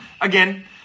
Again